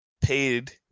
paid